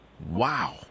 Wow